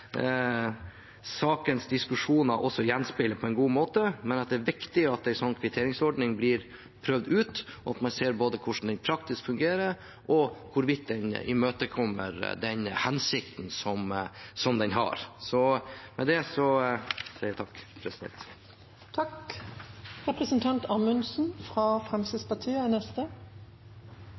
gjenspeiler på en god måte. Men det er viktig at en slik kvitteringsordning blir prøvd ut, og at vi ser både hvordan den fungerer i praksis, og hvorvidt den imøtekommer hensikten. – Med det sier jeg takk. Vi behandler i dag et forslag fra den